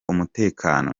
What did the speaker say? umutekano